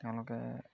তেওঁলোকে